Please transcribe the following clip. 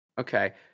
Okay